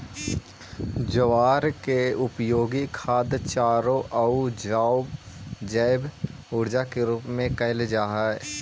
ज्वार के उपयोग खाद्य चारों आउ जैव ऊर्जा के रूप में कयल जा हई